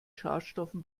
schadstoffen